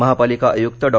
महापालिका आयुक्त डॉ